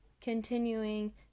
continuing